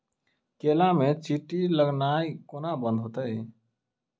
केला मे चींटी लगनाइ कोना बंद हेतइ?